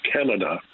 Canada